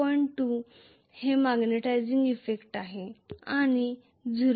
2 हे magnetising effect आहे आणि 0